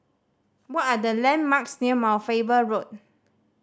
what are the landmarks near Mount Faber Road